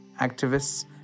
activists